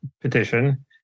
petition